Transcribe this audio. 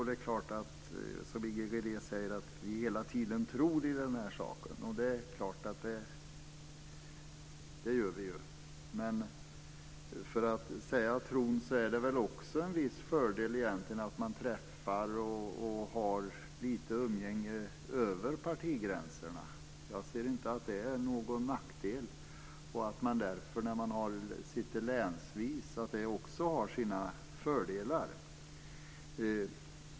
Det är klart att vi, som Inger René säger, hela tiden tror i den här saken. Det gör vi ju. Men det är väl också en viss fördel, egentligen, att man träffas och har lite umgänge över partigränserna. Jag ser inte att det är någon nackdel, och jag ser att det också har sina fördelar att man sitter länsvis.